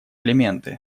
элементы